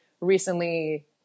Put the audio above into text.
recently